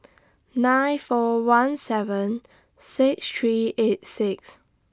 nine four one seven six three eight six